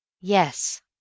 Yes